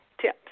tips